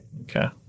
okay